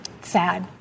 Sad